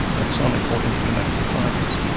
axonic or interconnecting fibres.